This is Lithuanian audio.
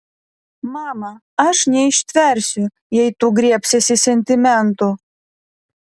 mama aš neištversiu jei tu griebsiesi sentimentų